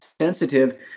sensitive